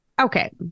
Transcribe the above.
Okay